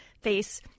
face